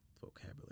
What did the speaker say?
vocabulary